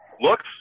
looks